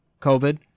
COVID